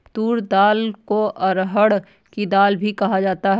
तूर दाल को अरहड़ की दाल भी कहा जाता है